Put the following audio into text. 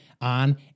on